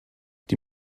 die